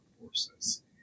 Forces